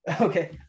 okay